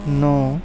ন